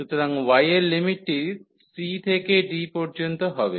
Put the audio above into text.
সুতরাং y এর লিমিটটি c থেকে d পর্যন্ত হবে